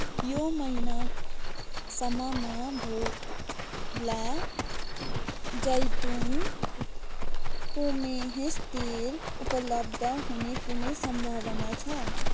यो महिनासम्ममा भोला जैतुन पोमेस तेल उपलब्ध हुने कुनै सम्भावना छ